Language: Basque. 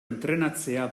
entrenatzea